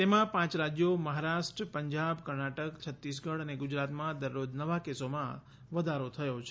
તેમાં પાંચ રાજ્યો મહારાષ્ટ્ર પંજાબ કર્ણાટક છત્તીસગઢ અને ગુજરાતમાં દરરોજ નવા કેસોમાં વધારો થયો છે